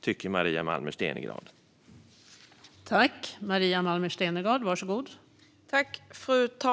Tycker Maria Malmer Stenergard att det är dåligt?